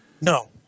No